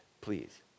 please